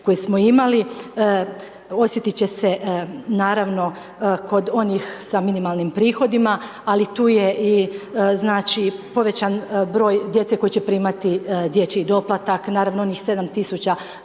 koje smo imali osjetiti će se naravno kod onih sa minimalnim prihodima ali i tu je znači povećan broj djece koji će primati dječji doplatak, naravno onih 7